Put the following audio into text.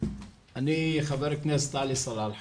אני חבר הכנסת עלי סלאלחה.